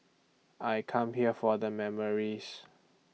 I come here for the memories